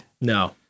No